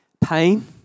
pain